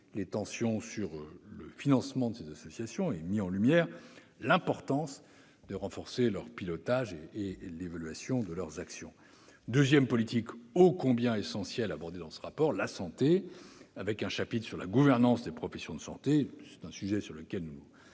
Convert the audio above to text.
les tensions sur le financement de ces associations et mis en lumière l'importance de renforcer leur pilotage et l'évaluation de leurs actions. Une autre politique ô combien essentielle abordée dans ce rapport est la santé, avec un chapitre sur la gouvernance des ordres des professions de santé. Nous nous